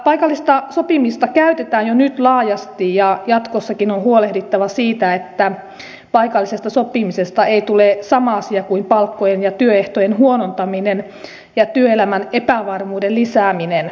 paikallista sopimista käytetään jo nyt laajasti ja jatkossakin on huolehdittava siitä että paikallisesta sopimisesta ei tule sama asia kuin palkkojen ja työehtojen huonontaminen ja työelämän epävarmuuden lisääminen